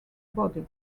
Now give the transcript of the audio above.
body